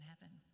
heaven